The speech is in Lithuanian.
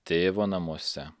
tėvo namuose